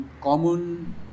common